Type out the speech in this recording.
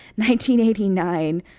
1989